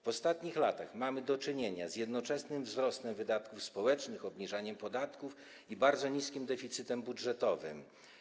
W ostatnich latach mamy do czynienia z jednoczesnym wzrostem wydatków społecznych, obniżaniem podatków i bardzo niskim deficytem budżetowym.